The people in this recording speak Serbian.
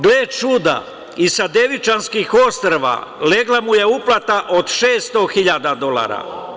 Gle čuda, i sa Devičanskih ostrva legla mu je uplata od 600.000 dolara.